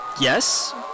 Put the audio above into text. Yes